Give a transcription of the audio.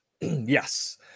Yes